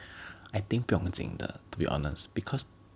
I think 不用紧的 to be honest because